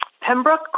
Pembroke